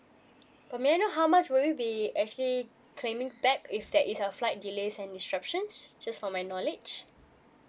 but may I know how much will it be actually claiming back if that is a flight delays and disruption just for my knowledge